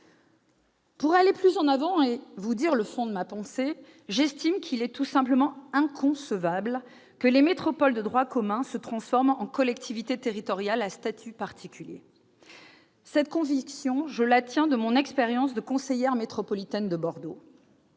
Pour aller plus avant et vous dire le fond de ma pensée, j'estime qu'il est tout simplement inconcevable que les métropoles de droit commun se transforment en collectivités territoriales à statut particulier. Cette conviction, je la tiens de mon expérience de conseillère métropolitaine à Bordeaux.